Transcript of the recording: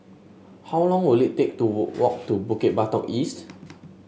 how long will it take to walk to Bukit Batok East